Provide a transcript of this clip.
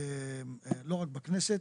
לא רק בכנסת,